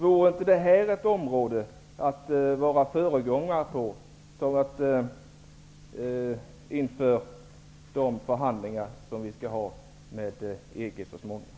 Vore inte det här ett område att vara föregångare på, inför de förhandlingar som vi så småningom skall ha med EG?